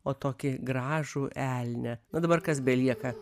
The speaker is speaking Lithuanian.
o tokį gražų elnią na dabar kas belieka